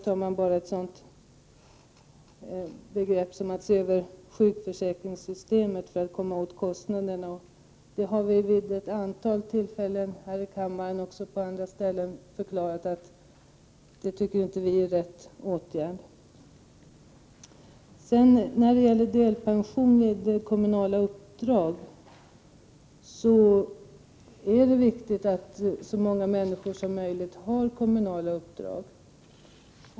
Här sägs det att det gäller att se över sjukförsäkringssystemet i syfte att komma till rätta med kostnaderna. Men vid ett antal tillfällen både här i kammaren och i andra sammahang har vi sagt att vi inte tycker att det är den rätta åtgärden. Så något om delpensionen för dem som har kommunala uppdrag. Det är viktigt att så många människor som möjligt har kommunala uppdrag.